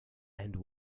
and